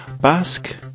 Basque